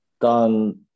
done